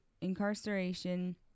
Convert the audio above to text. incarceration